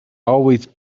always